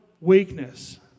weakness